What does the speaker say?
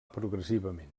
progressivament